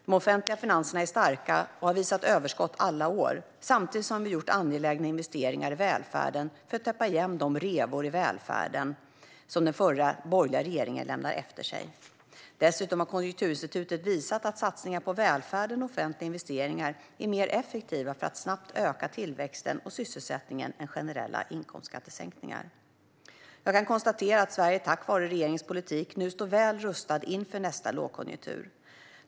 De offentliga finanserna är starka och har visat överskott alla år, samtidigt som vi har gjort angelägna investeringar i välfärden för att täppa igen de revor i välfärden som den förra borgerliga regeringen lämnade efter sig. Dessutom har Konjunkturinstitutet visat att satsningar på välfärden och offentliga investeringar är mer effektiva för att snabbt öka tillväxten och sysselsättningen än generella inkomstskattesänkningar. Jag kan konstatera att Sverige tack vare regeringens politik nu står väl rustat inför nästa lågkonjunktur.